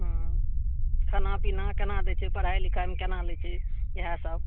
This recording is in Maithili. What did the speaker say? हुँ खाना पिना कोना दै छै पढ़ाइ लिखाइमे कोना लै छै इएहसब